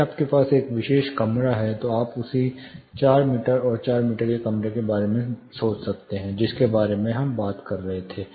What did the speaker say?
यदि आपके पास एक विशेष कमरा है तो आप उसी चार मीटर और चार मीटर के कमरे के बारे में सोच सकते हैं जिसके बारे में हम बात कर रहे थे